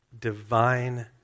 divine